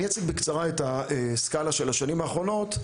אני אציג בקצרה את הסקאלה של השנים האחרונות,